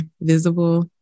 visible